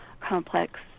complex